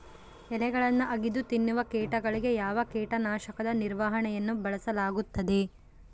ಎಲೆಗಳನ್ನು ಅಗಿದು ತಿನ್ನುವ ಕೇಟಗಳಿಗೆ ಯಾವ ಕೇಟನಾಶಕದ ನಿರ್ವಹಣೆಯನ್ನು ಬಳಸಲಾಗುತ್ತದೆ?